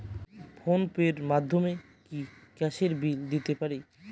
Phone pay র মাধ্যমে কি গ্যাসের বিল দিতে পারি?